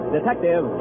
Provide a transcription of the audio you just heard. Detective